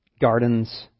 gardens